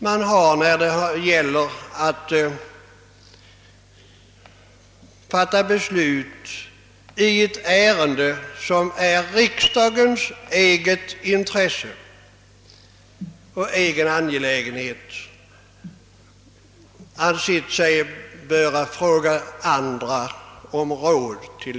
Man har när det gällt att fatta beslut i ett ärende som är riksdagens egen angelägenhet ansett sig böra fråga andra om råd.